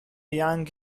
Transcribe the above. yanked